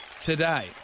today